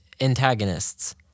antagonists